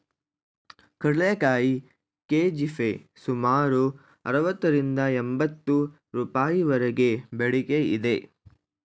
ಕಡಲೆಕಾಯಿ ಕೆ.ಜಿಗೆ ಸುಮಾರು ಅರವತ್ತರಿಂದ ಎಂಬತ್ತು ರೂಪಾಯಿವರೆಗೆ ಬೇಡಿಕೆ ಇದೆ